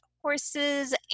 horses